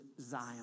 Zion